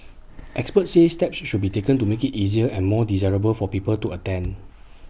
experts say steps should be taken to make IT easier and more desirable for people to attend